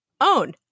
own